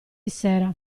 sera